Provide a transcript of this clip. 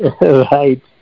right